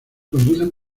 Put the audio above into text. conduce